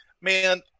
Man